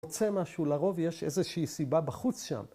‫רוצה משהו, לרוב יש איזושהי סיבה ‫בחוץ שם